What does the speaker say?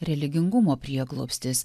religingumo prieglobstis